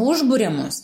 užbūria mus